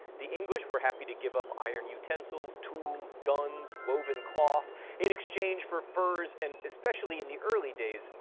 the english were happy to give up iron utensils, tools, guns, woven cloth in exchange for furs and, especially in the early days,